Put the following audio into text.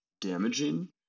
damaging